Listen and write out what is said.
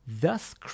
thus